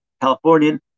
Californian